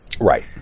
Right